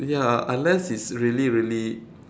ya unless it's really really